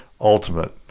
ultimate